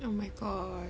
oh my god